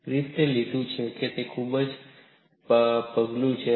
ગ્રિફિથે લીધું છે તે ખૂબ જ કી પગલું છે